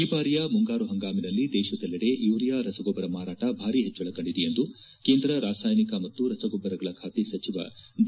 ಈ ಬಾರಿಯ ಮುಂಗಾರು ಹಂಗಾಮಿನಲ್ಲಿ ದೇಶದಲ್ಲೆಡೆ ಯೂರಿಯಾ ರಸಗೊಬ್ಬರ ಮಾರಾಟ ಭಾರಿ ಹೆಚ್ಚಳ ಕಂಡಿದೆ ಎಂದು ಕೇಂದ್ರ ರಾಸಾಯನಿಕ ಮತ್ತು ರಸಗೊಬ್ಬರಗಳ ಖಾತೆ ಸಚಿವ ಡಿ